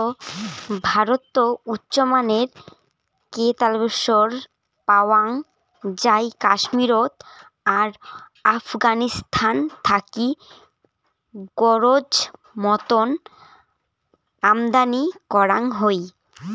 ভারতত উচ্চমানের কেশর পাওয়াং যাই কাশ্মীরত আর আফগানিস্তান থাকি গরোজ মতন আমদানি করাং হই